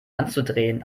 anzudrehen